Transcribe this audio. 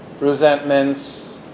resentments